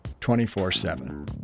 24-7